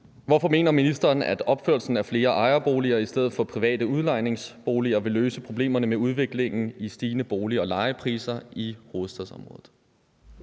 Hvorfor mener ministeren, at opførelsen af flere ejerboliger i stedet for private udlejningsejendomme vil løse problemerne med udviklingen med stigende bolig- og lejepriser i hovedstadsområdet?